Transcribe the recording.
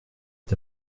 est